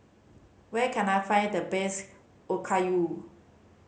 where can I find the best Okayu